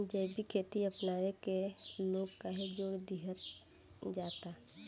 जैविक खेती अपनावे के लोग काहे जोड़ दिहल जाता?